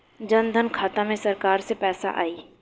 जनधन खाता मे सरकार से पैसा आई?